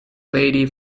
lady